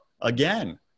again